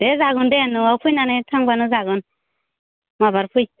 दे जागोन दे न'आव फैनानै थांब्लानो जागोन माबार फै